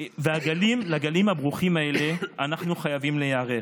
ולגלים הברוכים האלה אנחנו חייבים להיערך.